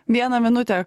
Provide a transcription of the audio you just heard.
vieną minutę